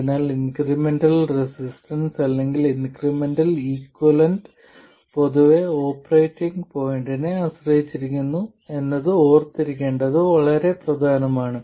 അതിനാൽ incremental resistance അല്ലെങ്കിൽ incremental equivalent പൊതുവെ ഓപ്പറേറ്റിംഗ് പോയിന്റിനെ ആശ്രയിച്ചിരിക്കുന്നു എന്നത് ഓർത്തിരിക്കേണ്ടത് വളരെ പ്രധാനമാണ്